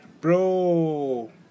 Bro